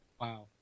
wow